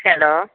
hello